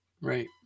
right